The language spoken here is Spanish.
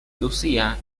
lucía